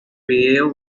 vídeo